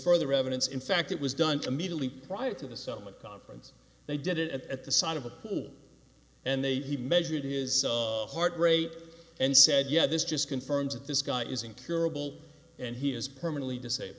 further evidence in fact it was done to immediately prior to the summit conference they did it at the side of a pool and they measured is heart rate and said yeah this just confirms that this guy is incurable and he is permanently